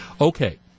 Okay